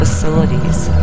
Facilities